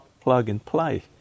plug-and-play